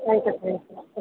thank you ಸರಿ sir okay